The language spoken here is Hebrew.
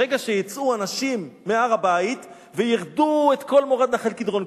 ברגע שיצאו אנשים מהר-הבית וירדו את כל מורד נחל קדרון,